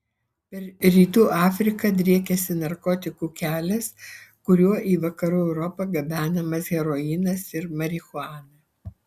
per rytų afriką driekiasi narkotikų kelias kuriuo į vakarų europą gabenamas heroinas ir marihuana